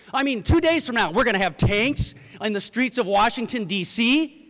i mean, two days from now, we're going to have tanks in the streets of washington, d c,